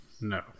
No